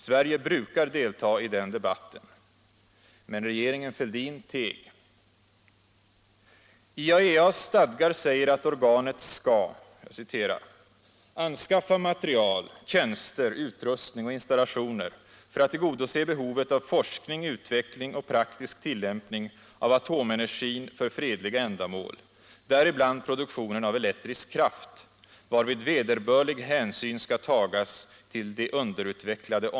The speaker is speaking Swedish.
Sverige brukar delta i den debatten. Men regeringen Fälldin teg.